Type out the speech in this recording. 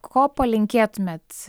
ko palinkėtumėt